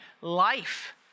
life